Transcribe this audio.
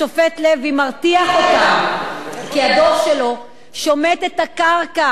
השופט לוי מרתיח אותם כי הדוח שלו שומט את הקרקע